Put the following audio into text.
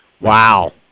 Wow